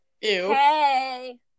Hey